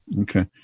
Okay